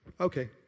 Okay